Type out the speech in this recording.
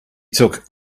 took